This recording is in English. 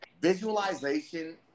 visualization